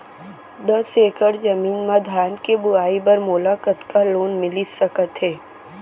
दस एकड़ जमीन मा धान के बुआई बर मोला कतका लोन मिलिस सकत हे?